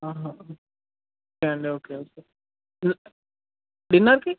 okay అండి okay okay డిన్నర్కి